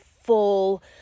full